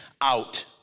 out